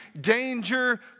danger